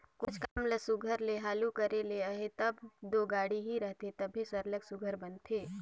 कोनोच काम ल सुग्घर ले हालु करे ले अहे तब दो गाड़ी ही रहथे तबे सरलग सुघर बनथे